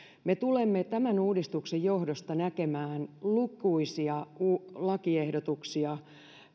me tulemme tämän uudistuksen johdosta näkemään lukuisia lakiehdotuksia